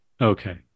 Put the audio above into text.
Okay